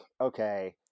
okay